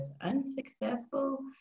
unsuccessful